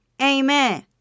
Amen